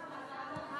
ועדת